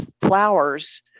flowers